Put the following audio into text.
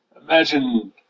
imagine